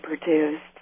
produced